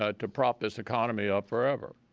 ah to prop this economy up forever.